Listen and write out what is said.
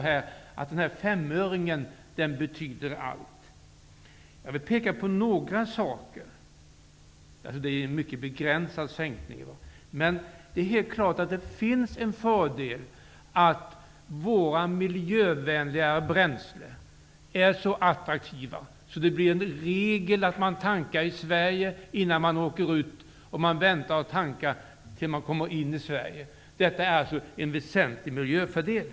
Denna femöring betyder tydligen allt. Det är en mycket begränsad säkning. Det är klart att det finns en fördel med att vårt miljövänliga bränsle är så attraktivt att man i regel tankar i Sverige innan man åker utomlands, och man väntar med att tanka tills man kommer till Sverige, när man har varit utomlands. Detta är alltså en väsentlig miljöfördel.